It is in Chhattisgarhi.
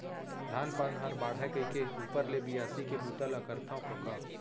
धान पान हर बाढ़य कइके ऊपर ले बियासी के बूता ल करथव कका